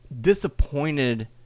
disappointed